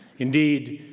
indeed,